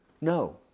No